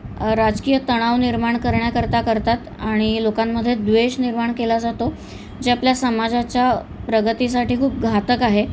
राजकीय तणाव निर्माण करण्याकरता करतात आणि लोकांमध्ये द्वेष निर्माण केला जातो जे आपल्या समाजाच्या प्रगतीसाठी खूप घातक आहे